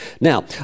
Now